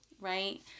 right